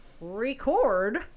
record